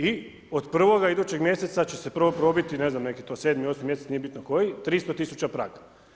I od prvog idućeg mjeseca će se prvo probiti, ne znam nek je to 7., 8. mj. nije bitno koji, 300 tisuća prag.